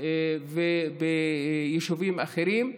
וביישובים אחרים,